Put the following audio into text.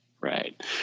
Right